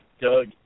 Doug